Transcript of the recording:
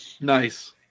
Nice